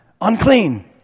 unclean